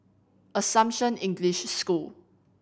Assumption English School